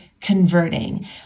converting